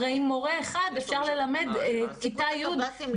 הרי עם מורה אחד אפשר ללמד את כל כיתה י'